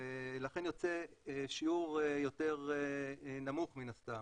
ולכן יוצא שיעור יותר נמוך מן הסתם.